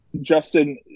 Justin